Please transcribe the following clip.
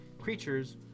creatures